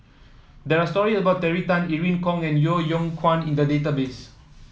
there are stories about Terry Tan Irene Khong and Yeo Yeow Kwang in the database